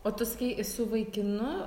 o tu sakei su vaikinu